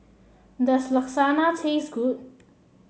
does Lasagna taste good